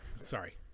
sorry